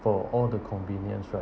for all the convenience right